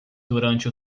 durante